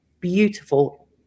beautiful